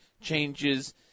changes